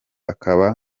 akaba